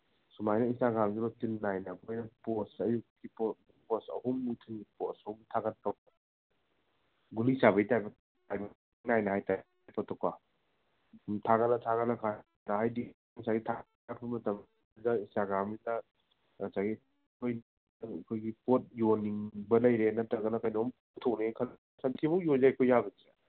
ꯁꯨꯃꯥꯏꯅ ꯏꯟꯁꯇꯒ꯭ꯔꯥꯝꯁꯦ ꯔꯨꯇꯤꯟ ꯅꯥꯏꯅ ꯑꯩꯈꯣꯏꯅ ꯄꯣꯁꯁꯦ ꯑꯌꯨꯛꯀꯤ ꯄꯣꯁ ꯑꯍꯨꯝꯃꯨꯛꯇꯤ ꯄꯣꯁ ꯑꯍꯨꯝ ꯊꯥꯒꯠꯄ ꯒꯨꯂꯤ ꯆꯥꯕꯩ ꯇꯥꯏꯞꯇ ꯅꯥꯏꯅ ꯍꯥꯏ ꯇꯥꯔꯦ ꯄꯣꯠꯇꯣꯀꯣ ꯁꯨꯝ ꯊꯥꯒꯠ ꯊꯥꯒꯠꯂꯀꯥꯟꯗ ꯍꯥꯏꯗꯤ ꯉꯁꯥꯏꯒꯤ ꯊꯥꯒꯠꯄ ꯃꯇꯝꯁꯤꯗ ꯏꯟꯁꯇꯥꯒ꯭ꯔꯥꯝꯁꯤꯗ ꯑꯩꯈꯣꯏꯒꯤ ꯄꯣꯠ ꯌꯣꯟꯅꯤꯡꯕ ꯂꯩꯔꯦ ꯅꯠꯇ꯭ꯔꯒ ꯀꯩꯅꯣꯝ ꯄꯨꯊꯣꯛꯅꯤꯡꯉꯦ ꯈꯜꯂꯣ ꯁꯟꯊꯤꯕꯨꯛ ꯌꯣꯟ ꯌꯥꯏꯀꯣ ꯌꯥꯕꯁꯦ